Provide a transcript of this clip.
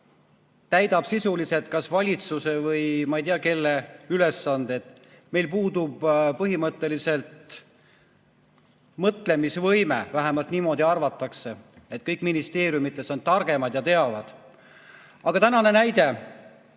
täidab sisuliselt kas valitsuse või ma ei tea kelle ülesandeid. Meil puudub põhimõtteliselt mõtlemisvõime – vähemalt niimoodi arvatakse, et kõik ministeeriumides on targemad ja teavad. Aga tänane näide,